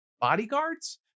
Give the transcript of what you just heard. bodyguards